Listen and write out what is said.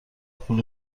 پول